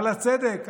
על הצדק,